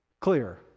clear